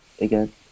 again